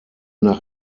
nach